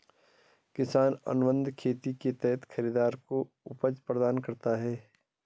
किसान अनुबंध खेती के तहत खरीदार को उपज प्रदान करता है